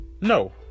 No